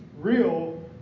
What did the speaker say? real